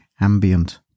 ambient